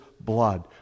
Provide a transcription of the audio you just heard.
blood